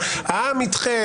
את מי היא מייצגת.